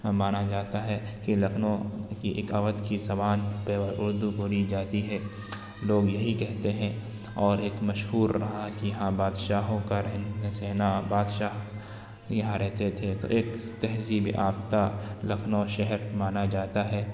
مانا جاتا ہے کہ لکھنؤ کی ایک اودھ کی زبان پیور اردو بولی جاتی ہے لوگ یہی کہتے ہیں اور ایک مشہور رہا کہ یہاں بادشاہوں کا رہنا سہنا بادشاہ یہاں رہتے تھے تو ایک تہذیب یافتہ لکھنؤ شہر مانا جاتا ہے